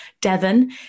Devon